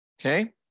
Okay